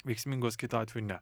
veiksmingos kitu atveju ne